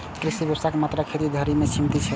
कृषि व्यवसाय मात्र खेती धरि सीमित नै छै